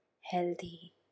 healthy